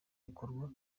bikorwa